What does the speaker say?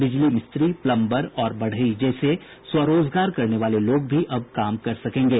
बिजली मिस्त्री प्लंबर और बढ़ई जैसे स्व रोजगार करने वाले लोग भी अब काम कर सकेंगे